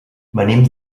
venim